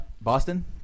Boston